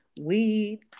weed